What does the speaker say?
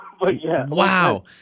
Wow